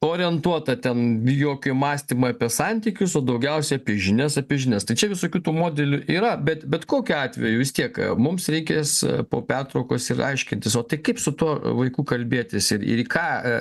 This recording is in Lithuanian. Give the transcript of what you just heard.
orientuota ten jokio mąstymo apie santykius su daugiausiai apie žinias apie žinias tai čia visokių tų modelių yra bet bet kokiu atveju vis tiek mums reikės po pertraukos ir aiškintis o tai kaip su tuo vaiku kalbėtis ir į ką